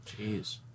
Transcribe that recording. Jeez